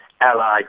allied